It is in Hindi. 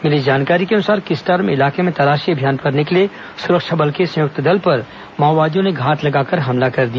मिली जानकारी के अनुसार किस्टारम इलाके में तलाशी अभियान पर निकले सुरक्षा बल के संयुक्त दल पर माओवदियों ने घात लगाकर हमला कर दिया